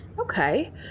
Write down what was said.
Okay